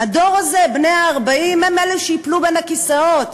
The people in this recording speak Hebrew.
הדור הזה, בני ה-40, הם אלה שייפלו בין הכיסאות,